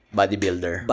bodybuilder